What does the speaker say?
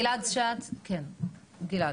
גלעד שץ, כן בוא.